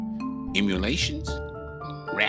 emulations